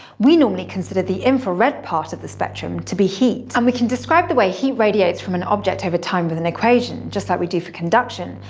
we normally consider the infrared part of the spectrum to be heat. and we can describe the way heat radiates from an object over time with an equation, just like we do for conduction,